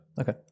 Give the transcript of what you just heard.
Okay